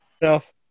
enough